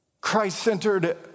Christ-centered